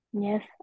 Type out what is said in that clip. Yes